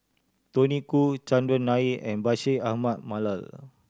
Tony Khoo Chandran Nair and Bashir Ahmad Mallal